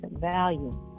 value